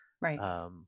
Right